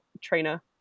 trainer